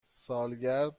سالگرد